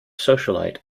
socialite